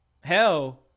Hell